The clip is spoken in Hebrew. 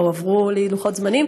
לא הועברו לי לוחות זמנים.